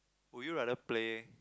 will you rather play